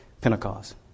Pentecost